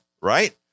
right